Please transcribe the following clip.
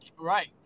Right